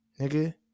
Nigga